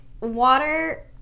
water